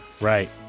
Right